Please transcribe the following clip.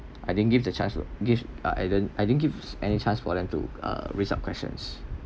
I didn't give the chance to give uh I didn't I didn't gives any chance for them to uh raise up questions